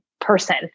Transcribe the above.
person